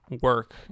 work